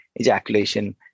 ejaculation